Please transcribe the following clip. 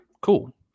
cool